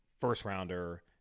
first-rounder